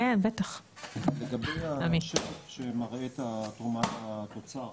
לגבי השקף שמראה את התרומה לתוצר,